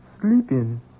sleeping